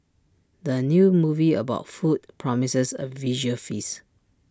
the new movie about food promises A visual feast